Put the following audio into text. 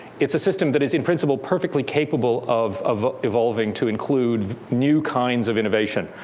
it's a system that is, in principle, perfectly capable of of evolving to include new kinds of innovation.